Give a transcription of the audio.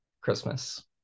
Christmas